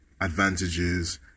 advantages